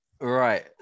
right